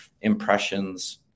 impressions